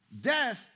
Death